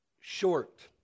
short